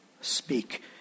speak